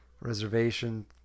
reservation